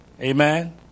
Amen